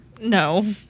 No